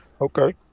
Okay